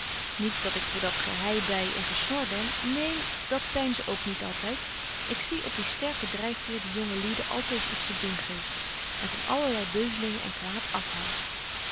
niet dat ik voor dat geheibei en gesnor ben neen dat zyn ze ook niet altyd ik zie op die sterke dryfveer die jonge lieden altoos iets te doen geeft en van allerlei beuzelingen en kwaad afhoudt